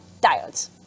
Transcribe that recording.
diodes